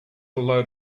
load